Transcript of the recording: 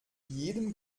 jedem